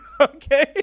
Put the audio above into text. okay